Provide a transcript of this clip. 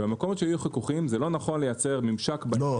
ושם לא נכון לייצר ממשק- -- בסדר,